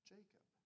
Jacob